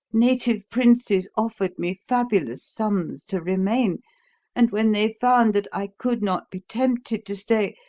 native princes offered me fabulous sums to remain and when they found that i could not be tempted to stay,